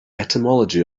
etymology